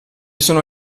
sono